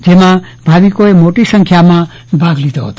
જેમાં ભાવિકો મોટી સંખ્યામાં ભાગ લીધો હતો